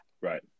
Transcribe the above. Right